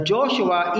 Joshua